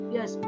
Yes